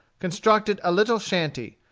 constructed a little shanty,